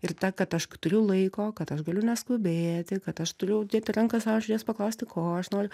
ir ta kad aš turiu laiko kad aš galiu neskubėti kad aš turiu dėti ranką sau ant širdies paklausti ko aš noriu